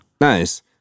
Nice